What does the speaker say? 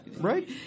Right